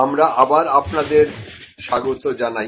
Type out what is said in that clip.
আমরা আবার আপনাদের স্বাগত জানাই